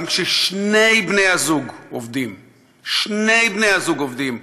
גם כששני בני-הזוג עובדים, שני בני-הזוג עובדים,